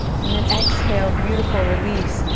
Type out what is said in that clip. and then exhale, beautiful, release.